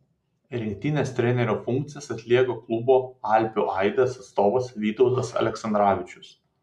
rinktinės trenerio funkcijas atlieka klubo alpių aidas atstovas vytautas aleksandravičius